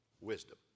wisdom